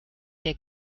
der